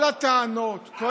כל הטענות, כל,